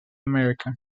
america